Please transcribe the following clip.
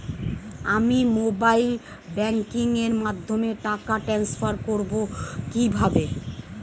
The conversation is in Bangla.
আমি মোবাইল ব্যাংকিং এর মাধ্যমে টাকা টান্সফার করব কিভাবে?